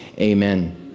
amen